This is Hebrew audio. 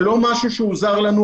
זה לא משהו שהוא זר לנו,